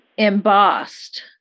Embossed